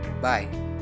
bye